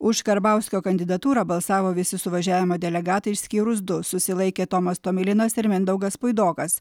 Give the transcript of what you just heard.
už karbauskio kandidatūrą balsavo visi suvažiavimo delegatai išskyrus du susilaikė tomas tomilinas ir mindaugas puidokas